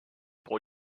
pour